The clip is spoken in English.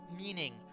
meaning